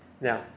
Now